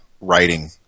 writing